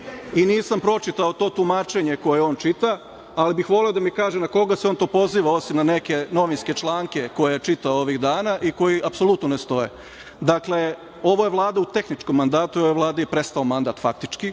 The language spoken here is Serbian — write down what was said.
i nisam pročitao to tumačenje koje on čita, ali bih voleo da mi kaže na koga se on to poziva osim na neke novinske članke koje je čitao ovih dana i koji apsolutno ne stoje. Ovo je Vlada u tehničkom mandatu i ovoj Vladi je prestao mandat faktički.